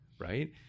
right